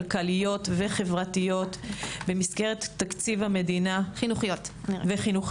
כלכליות וחברתיות במסגרת תקציב המדינה - וחינוכיות.